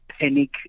panic